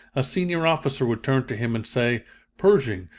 a senior officer would turn to him, and say pershing,